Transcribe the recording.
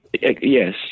Yes